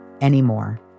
anymore